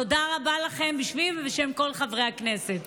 תודה רבה לכם בשמי ובשם כל חברי הכנסת.